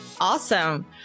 Awesome